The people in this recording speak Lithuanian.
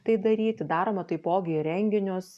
tai daryti daroma taipogi ir renginius